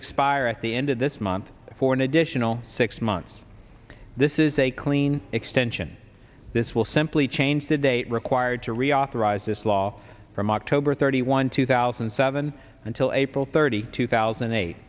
expire at the end of this month for an additional six months this is a clean extension this will simply change the date required to reauthorize this law from october thirty one two thousand and seven until april thirty two thousand and eight